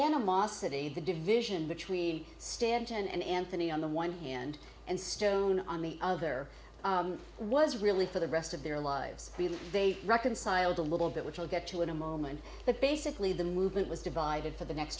animosity the division between stanton and anthony on the one hand and stone on the other was really for the rest of their lives really they reconciled a little bit which we'll get to in a moment but basically the movement was divided for the next